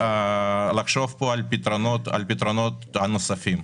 לחשוב כאן על פתרונות נוספים.